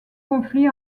conflits